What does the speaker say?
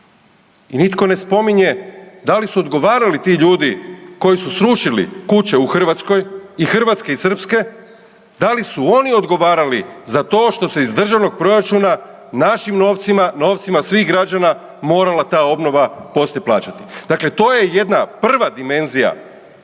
i nitko ne spominje da li su odgovarali ti ljudi koji su srušili kuće u Hrvatskoj i hrvatske i srpske da li su oni odgovarali za to što se iz državnog proračuna našim novcima, novcima svih građana morala ta obnova poslije plaćati. Dakle to je jedna prva dimenzija